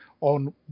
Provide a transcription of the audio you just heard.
on